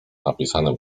napisanym